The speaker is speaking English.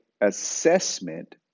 assessment